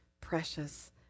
precious